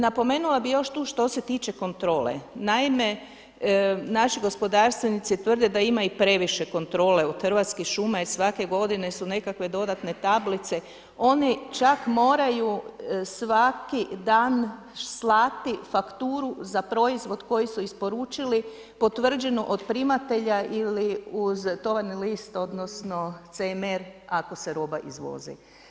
Napomenula bi još tu što se tiče kontrole, naime, naši gospodarstvenici tvrde da imaju i previše kontrole od Hrvatskih šuma jer svake godine su nekakve dodatne tablice, oni čak moraju svaki dan slati fakturu za proizvod koji su isporučili potvrđenu od primatelja ili uz tovarni list odnosno CMR ako se roba izvozi.